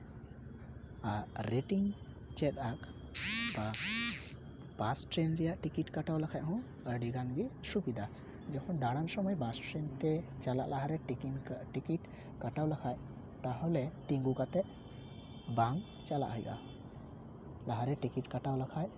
ᱟᱨ ᱨᱮᱴᱤᱝ ᱪᱮᱫ ᱵᱟᱥ ᱴᱨᱮᱹᱱ ᱨᱮᱭᱟᱜ ᱴᱤᱠᱤᱴ ᱠᱟᱴᱟᱣ ᱞᱮᱠᱷᱟᱡ ᱦᱚᱸ ᱟᱹᱰᱤ ᱜᱮ ᱥᱩᱵᱤᱫᱟ ᱡᱮᱢᱚᱱ ᱫᱟᱬᱟᱱ ᱥᱚᱢᱚᱭ ᱵᱟᱥ ᱮᱥᱴᱮᱱᱰ ᱛᱮ ᱪᱟᱞᱟᱜ ᱞᱟᱦᱟ ᱨᱮ ᱴᱤᱠᱤᱴ ᱠᱟᱴᱟᱣ ᱞᱮᱠᱷᱟᱡ ᱛᱟᱦᱞᱮ ᱛᱤᱸᱜᱩ ᱠᱟᱛᱮ ᱵᱟᱝ ᱪᱟᱞᱟᱜ ᱦᱩᱭᱩᱜᱼᱟ ᱞᱟᱦᱟ ᱨᱮ ᱴᱤᱠᱤᱴ ᱠᱟᱴᱟᱣ ᱞᱮᱠᱷᱟᱡ